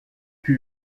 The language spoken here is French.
tue